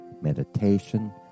meditation